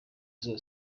zayo